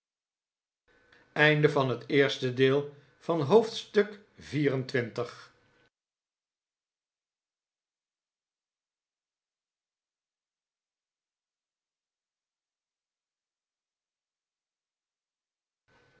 oosten van het westen van het